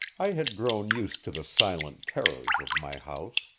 i had grown used to the silent terrors of my house.